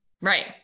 Right